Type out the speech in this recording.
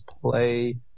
Play